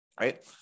right